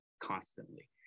constantly